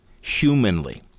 humanly